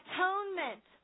Atonement